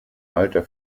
alter